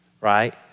right